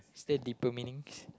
is there a deeper meanings